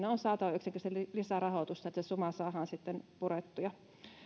on yksinkertaisesti saatava lisärahoitusta että se suma saadaan sitten purettua